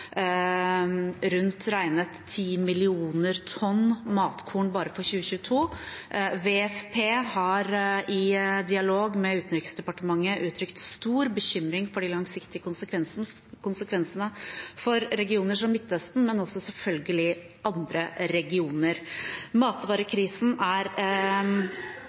WFP har i dialog med Utenriksdepartementet uttrykt stor bekymring for de langsiktige konsekvensene for regioner som Midtøsten og selvfølgelig også for andre regioner. Matvarekrisen var dramatisk og er